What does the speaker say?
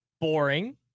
boring